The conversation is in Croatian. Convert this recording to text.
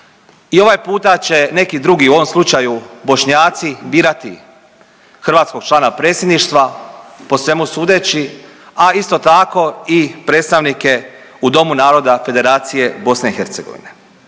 i ovaj puta će neki drugi, u ovom slučaju Bošnjaci, birati hrvatskog člana predsjedništva po svemu sudeći, a isto tako i predstavnike u Domu naroda Federacije BiH. Ovim